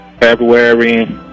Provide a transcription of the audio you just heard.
February